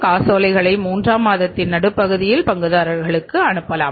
காசோலைகளை மூன்றாம் மாதத்தின் நடுப்பகுதியில் பங்குதாரர்களுக்கு அனுப்பலாம்